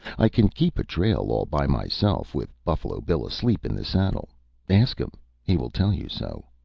i can keep a trail all by myself, with buffalo bill asleep in the saddle ask him he will tell you so.